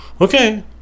Okay